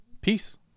Peace